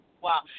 Wow